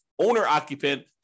owner-occupant